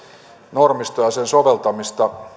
normistoa ja sen soveltamista